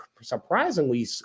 surprisingly